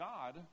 God